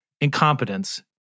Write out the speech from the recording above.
incompetence